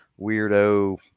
weirdo